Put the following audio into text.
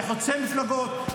זה חוצה מפלגות,